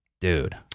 Dude